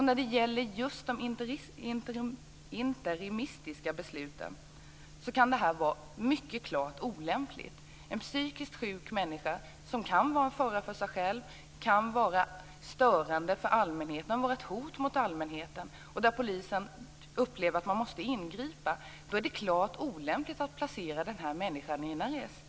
När det gäller just de interimistiska besluten kan det vara mycket olämpligt. En psykiskt sjuk människa - hon kan vara en fara för sig själv - kan upplevas störande av allmänheten eller som ett hot mot allmänheten. Om polisen upplever att man måste ingripa är det klart olämpligt att placera denna människa i en arrest.